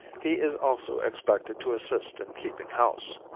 he is also expected to assist in keeping house.